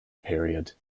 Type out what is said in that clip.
period